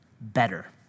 better